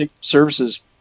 services